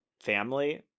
family